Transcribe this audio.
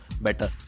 better